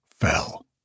fell